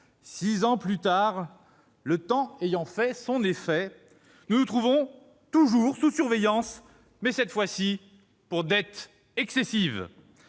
Six ans plus tard, le temps ayant fait son effet, elle se trouve toujours sous surveillance, mais, cette fois, pour dette excessive.